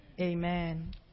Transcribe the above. Amen